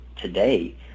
today